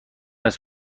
است